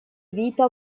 vita